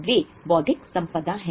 वे बौद्धिक संपदा हैं